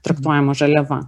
traktuojama žaliava